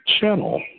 channel